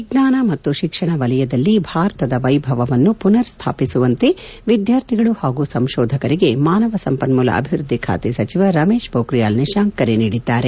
ವಿಜ್ಞಾನ ಮತ್ತು ಶಿಕ್ಷಣ ವಲಯದಲ್ಲಿ ಭಾರತದ ವೈಭವವನ್ನು ಮನರ್ ಸ್ವಾಪಿಸುವಂತೆ ವಿದ್ವಾರ್ಥಿಗಳು ಹಾಗೂ ಸಂಶೋಧಕರಿಗೆ ಮಾನವ ಸಂಪನ್ಮೂಲ ಅಭಿವೃದ್ದಿ ಖಾತೆ ಸಚಿವ ರಮೇಶ್ ಮೊಬ್ರಿಯಾಲ್ ನಿಶಾಂಕ್ ಕರೆ ನೀಡಿದ್ದಾರೆ